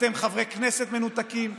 אתם חברי כנסת מנותקים,